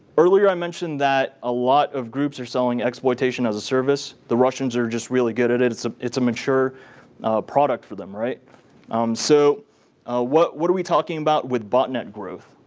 earlier i mentioned that a lot of groups are selling exploitation-as-a-service. the russians are just really good at it. it's ah it's a mature product for them. um so what what are we talking about with botnet growth?